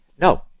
No